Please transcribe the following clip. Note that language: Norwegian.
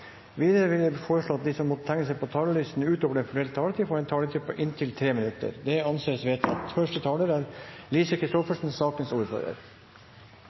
Videre blir det foreslått at de som måtte tegne seg på talerlisten utover den fordelte taletid, får en taletid på inntil 3 minutter. – Det anses vedtatt. Det er